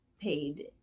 paid